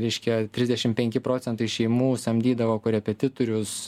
reiškia trisdešim penki procentai šeimų samdydavo korepetitorius